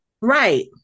right